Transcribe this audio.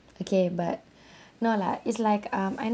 okay but no lah it's like um I never